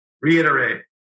reiterate